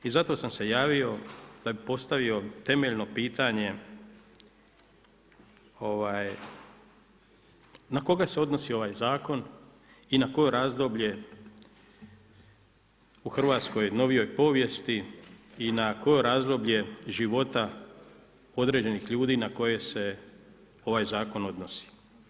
I zato sam se javio da bih postavio temeljno pitanje na koga se odnosi ovaj zakon i na koje razdoblje u hrvatskoj novijoj povijesti i na koje razdoblje života određenih ljudi na koje se ovaj zakon odnosi?